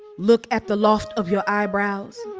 look at the loft of your eyebrows.